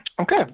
Okay